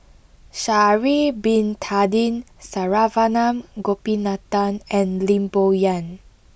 Sha'ari bin Tadin Saravanan Gopinathan and Lim Bo Yam